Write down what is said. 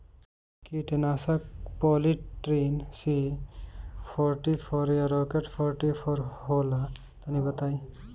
कीटनाशक Polytrin C forty four या Rocket forty four होला तनि बताई?